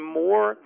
more